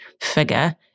figure